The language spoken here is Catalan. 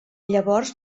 llavors